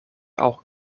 auch